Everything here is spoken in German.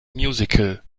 musical